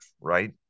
Right